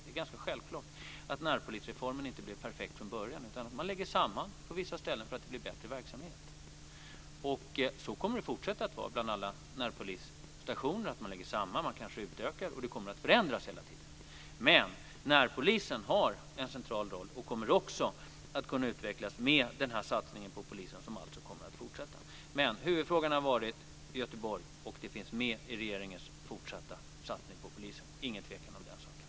Det är ganska självklart att närpolisreformen inte blev perfekt från början. På vissa ställen lägger man nu samman stationer för att det blir bättre verksamhet. Så kommer det att fortsätta att vara. Man lägger samman några närpolisstationer och utökar andra. Det kommer att förändras hela tiden. Men närpolisen har en central roll och kommer också att kunna utvecklas med den satsning på polisen som alltså kommer att fortsätta. Men huvudfrågan har varit Göteborgsmötet, och det finns med i regeringens fortsatta satsning på polisen. Det råder ingen tvekan om den saken.